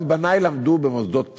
גם בני למדו במוסדות פטור.